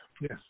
Yes